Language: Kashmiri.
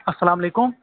السَلامُ علیکُم